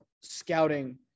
scouting